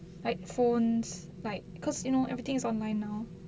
like phones like because you know everything is online now